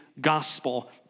gospel